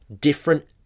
different